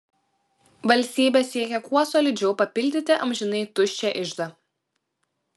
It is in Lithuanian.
valstybė siekia kuo solidžiau papildyti amžinai tuščią iždą